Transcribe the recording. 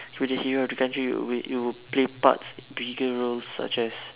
you be the hero of the country you would you would play parts bigger roles such as